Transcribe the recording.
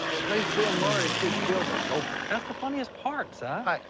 at least bill murray should kill the gopher. that's the funniest part, si.